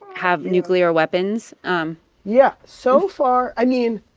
have nuclear weapons um yeah. so far i mean,